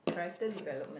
character development